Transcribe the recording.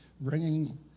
bringing